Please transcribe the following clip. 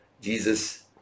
jesus